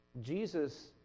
Jesus